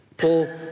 Paul